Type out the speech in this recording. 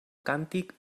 càntic